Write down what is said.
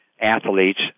athletes